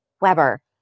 Weber